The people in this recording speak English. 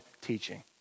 teaching